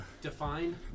define